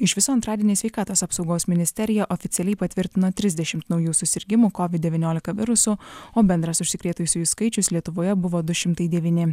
iš viso antradienį sveikatos apsaugos ministerija oficialiai patvirtino trisdešimt naujų susirgimų kovid devyniolika virusu o bendras užsikrėtusiųjų skaičius lietuvoje buvo du šimtai devyni